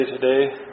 today